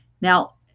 Now